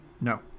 No